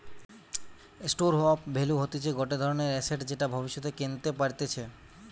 store of value হতিছে গটে ধরণের এসেট যেটা ভব্যিষতে কেনতে পারতিছে